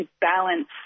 balance